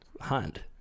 hunt